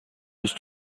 روز